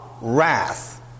wrath